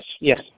yes